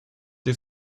the